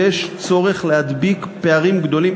צריך להדביק פערים גדולים.